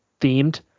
themed